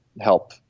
help